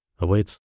awaits